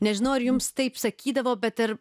nežinau ar jums taip sakydavo bet ar